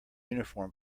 uniform